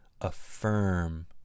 affirm